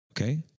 okay